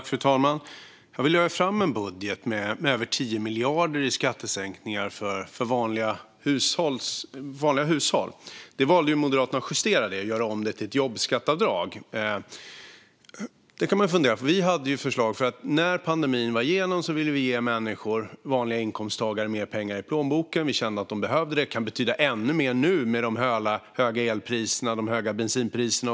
Fru talman! Vi lade fram en budget med över 10 miljarder i skattesänkningar för vanliga hushåll. Det valde Moderaterna att justera och göra om till ett jobbskatteavdrag. Det kan man fundera över. Vi hade förslag om att vi när pandemin var över ville ge människor, vanliga inkomsttagare, mer pengar i plånboken. Vi kände att de behövde det, och det skulle kunna betyda ännu mer nu med de höga elpriserna och bensinpriserna.